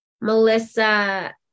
Melissa